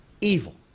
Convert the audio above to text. evil